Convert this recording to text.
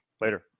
Later